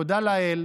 תודה לאל.